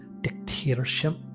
dictatorship